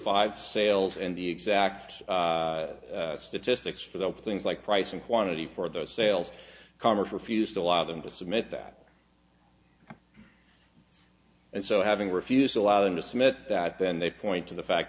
five sales and the exact statistics for the things like price and quantity for those sales converts refused to allow them to submit that and so having refused to allow them to submit that then they point to the fact